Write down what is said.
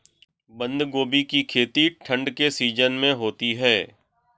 बंद गोभी की खेती ठंड के सीजन में होती है